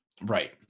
Right